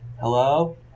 Hello